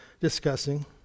discussing